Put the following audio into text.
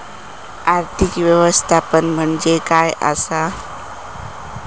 आर्थिक व्यवस्थापन म्हणजे काय असा?